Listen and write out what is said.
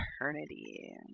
eternity